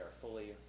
fully